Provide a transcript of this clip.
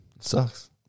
Sucks